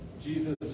Jesus